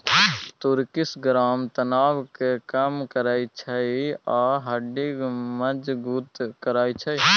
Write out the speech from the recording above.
तुर्किश ग्राम तनाब केँ कम करय छै आ हड्डी मजगुत करय छै